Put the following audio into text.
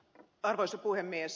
arvoisa puhemies